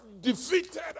defeated